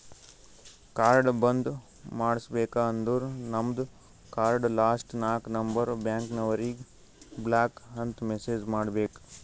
card ಬಂದ್ ಮಾಡುಸ್ಬೇಕ ಅಂದುರ್ ನಮ್ದು ಕಾರ್ಡ್ ಲಾಸ್ಟ್ ನಾಕ್ ನಂಬರ್ ಬ್ಯಾಂಕ್ನವರಿಗ್ ಬ್ಲಾಕ್ ಅಂತ್ ಮೆಸೇಜ್ ಮಾಡ್ಬೇಕ್